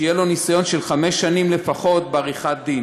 שיהיה לו ניסיון של חמש שנים לפחות בעריכת-דין,